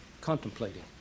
contemplating